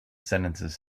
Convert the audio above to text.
sentences